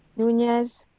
nunez,